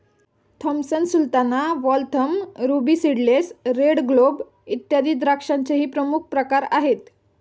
Thompson sultana, Waltham, ruby seedless, red globe, इत्यादी द्राक्षांचेही प्रमुख प्रकार आहेत